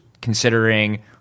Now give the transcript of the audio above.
considering